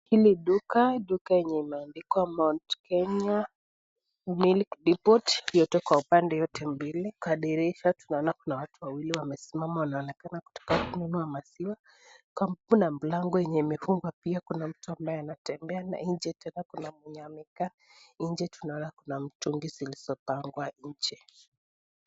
Hili duka, duka lenye limeandikwa mt Kenya milk depot yote kwa upande yote mbili. Kwa dirisha tunaona kuna watu wawili wamesimama wanaonekana wanataka kununua maziwa, kuna mlango wenye umefungwa pia. Kuna amabye anatembea nje tena kuna mwenye amekaa nje, tunaona kuna mitungi zilizopangwa nje.